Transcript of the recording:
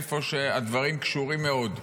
איפה שהדברים קשורים מאוד.